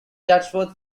chatsworth